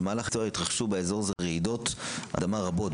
במהלך ההיסטוריה התרחשו באזור זה רעידות אדמה רבות,